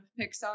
Pixar